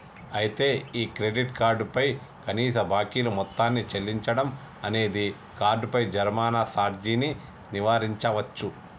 అయితే ఈ credit card పై కనీస బాకీలు మొత్తాన్ని చెల్లించడం అనేది కార్డుపై జరిమానా సార్జీని నివారించవచ్చు